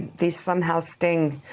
these somehow sting.